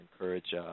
encourage